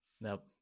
Nope